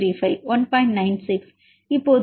96 இப்போது இந்த மதிப்பு 1